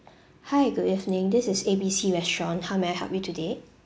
hi good evening this is A B C restaurant how may I help you today